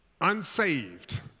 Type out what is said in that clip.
unsaved